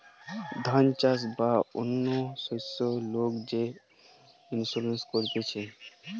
ধান চাষ বা অন্য শস্যের লোক যে ইন্সুরেন্স করতিছে